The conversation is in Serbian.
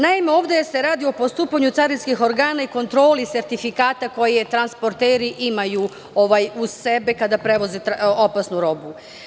Naime, ovde se radi o postupanju carinskih organa i kontroli sertifikata koje transporteri imaju uz sebe kada prevoze opasnu robu.